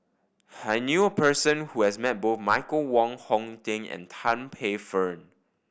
I knew a person who has met both Michael Wong Hong Teng and Tan Paey Fern